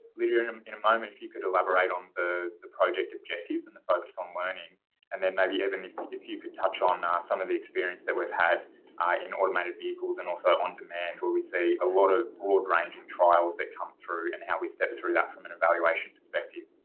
lydia in um in a moment if you could elaborate on the the project objectives and the focus on learning and then maybe evan if if you could touch on ah some of the experience that we've had in automated vehicles and also on demand where we see a lot of broad range of trials that come through and how we step through that from an evaluation perspective.